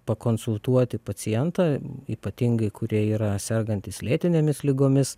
pakonsultuoti pacientą ypatingai kurie yra sergantys lėtinėmis ligomis